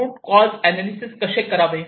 route cause analysis कसे करावे